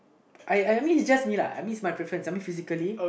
I I mean is just me lah I mean it's my preference I mean physically